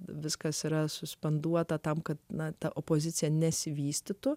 viskas yra suspenduota tam kad na ta opozicija nesivystytų